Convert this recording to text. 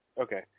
Okay